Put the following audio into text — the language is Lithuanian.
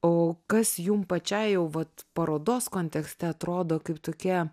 o kas jum pačiai jau vat parodos kontekste atrodo kaip tokie